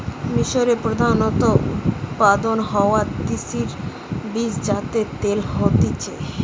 মিশরে প্রধানত উৎপাদন হওয়া তিসির বীজ যাতে তেল হতিছে